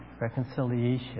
reconciliation